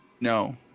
no